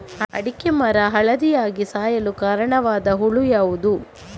ಅಡಿಕೆ ಮರ ಹಳದಿಯಾಗಿ ಸಾಯಲು ಕಾರಣವಾದ ಹುಳು ಯಾವುದು?